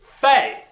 faith